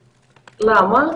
למה?